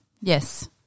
yes